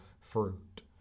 fruit